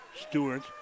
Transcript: Stewart